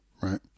right